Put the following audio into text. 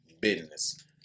business